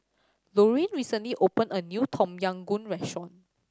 Loraine recently opened a new Tom Yam Goong restaurant